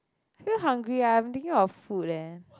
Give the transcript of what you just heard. feel hungry ah I'm thinking of food eh